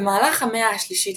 במהלך המאה ה-3 לפנה"ס,